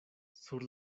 sur